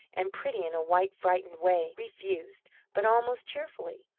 and pretty in a white frightened way, refused, but almost cheerfully.